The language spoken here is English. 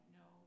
no